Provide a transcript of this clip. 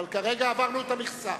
אבל כרגע עברנו את המכסה.